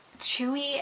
chewy